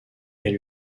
est